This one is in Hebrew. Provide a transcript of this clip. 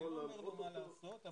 אני לא אומר לו מה לעשות.